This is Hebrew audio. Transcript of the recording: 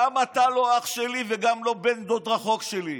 גם אתה לא אח שלי וגם לא בן דוד רחוק שלי.